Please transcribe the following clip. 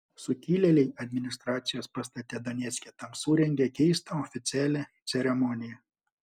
sukilėliai administracijos pastate donecke tam surengė keistą oficialią ceremoniją